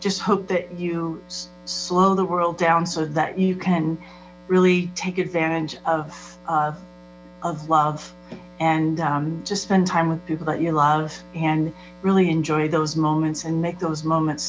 just hope that you slow the world down so that you can really take advantage of of of love and just spend time with people that you love and really enjoy those moments and make those moments